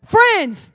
Friends